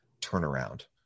turnaround